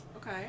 Okay